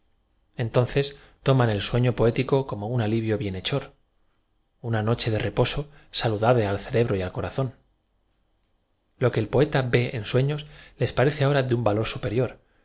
entonces toman el suedo poético como un a liv io bien hechor una noche de reposo saludable al cerebro y al corazón lo que el poeta v e ea sueflos les parece ahora de un v a lo r superior